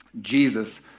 Jesus